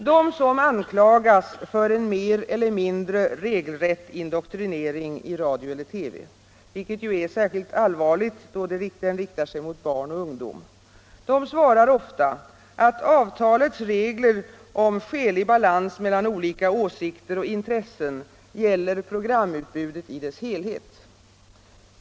De som anklagas för en mer eller mindre regelrätt indoktrinering i radio eller TV — vilket är särskilt allvarligt då den riktar sig mot barn och ungdom =— svarar ofta att avtalets regler om ”skälig balans mellan olika åsikter och intressen” gäller programutbudet i dess helhet.